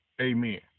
amen